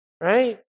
Right